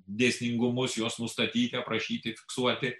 dėsningumus juos nustatyti aprašyti fiksuoti